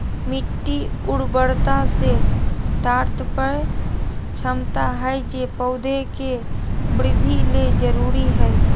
मिट्टी उर्वरता से तात्पर्य क्षमता हइ जे पौधे के वृद्धि ले जरुरी हइ